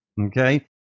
okay